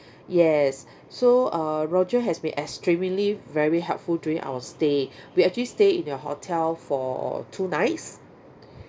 yes so uh roger has been extremely very helpful during our stay we actually stay in your hotel for two nights